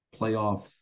playoff